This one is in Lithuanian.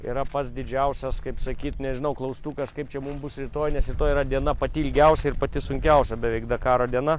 yra pats didžiausias kaip sakyt nežinau klaustukas kaip čia mum bus rytoj nes to yra diena pati ilgiausia ir pati sunkiausia beveik dakaro diena